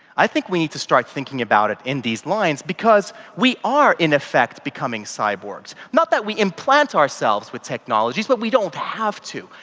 i think we need to start thinking about it in these lines because we are in effect becoming cyborgs. not that we implant ourselves with technologies but we don't have to,